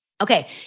Okay